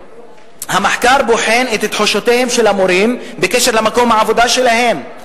המחקר בוחן את תחושותיהם של המורים בקשר למקום העבודה שלהם.